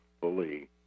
fully